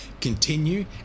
continue